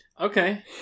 Okay